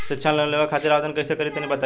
शिक्षा लोन लेवे खातिर आवेदन कइसे करि तनि बताई?